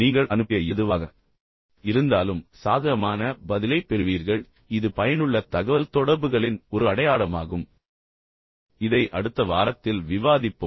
நீங்கள் அனுப்பிய எதுவாக இருந்தாலும் சாதகமான பதிலைப் பெறுவீர்கள் இது பயனுள்ள தகவல்தொடர்புகளின் ஒரு அடையாளமாகும் இது நான் மீண்டும் சொன்னது போல் அடுத்த வாரத்தில் விவாதிப்போம்